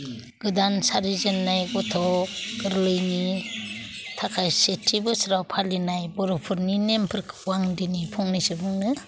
गोदान सारिजेन्नाय गथ' गोरलैनि थाखाय सेथि बोसोराव फालिनाय बर'फोरनि नेमफोरखौ आं दिनै फंनैसो बुंनो